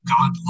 God